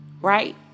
Right